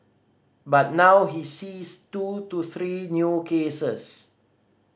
but now he sees two to three new cases